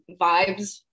vibes